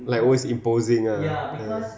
like always imposing ah ya